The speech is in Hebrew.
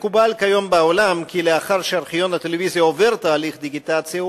בעולם מקובל כיום כי לאחר שארכיון הטלוויזיה עובר תהליך דיגיטציה,